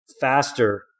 faster